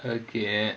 okay